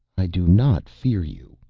i do not fear you,